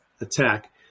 attack